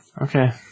Okay